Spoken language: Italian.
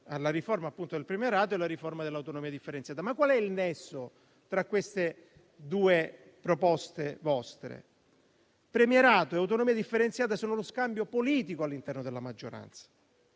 alla riforma del premierato e alla riforma dell'autonomia differenziata. Qual è il nesso tra queste due vostre proposte? Il premierato e l'autonomia differenziata sono uno scambio politico all'interno della maggioranza.